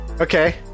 Okay